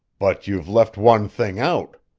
but you've left one thing out.